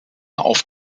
auf